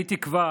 אני תקווה